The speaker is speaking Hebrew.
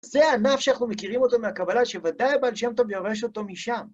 זה ענף שאנחנו מכירים אותו מהקבלה, שוודאי הבעל שם טוב יורש אותו משם.